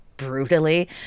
Brutally